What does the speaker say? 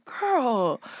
girl